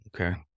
Okay